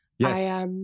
Yes